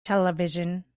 television